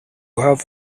have